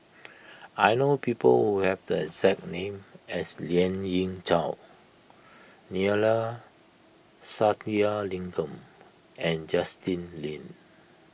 I know people who have the exact name as Lien Ying Chow Neila Sathyalingam and Justin Lean